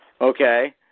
okay